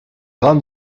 grands